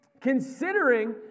considering